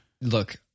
Look